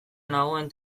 nagoen